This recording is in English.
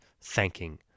thanking